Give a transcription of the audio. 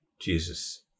jesus